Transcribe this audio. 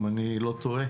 אם אני לא טועה.